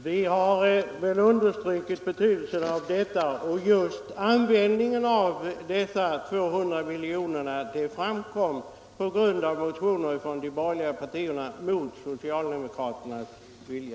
Fru talman! Vi har understrukit betydelsen av att anslaget får utnyttjas redan nu, och anvisningen om hur dessa 200 milj.kr. skulle användas tillkom på grundval av motioner från de borgerliga partierna mot socialdemokraternas vilja.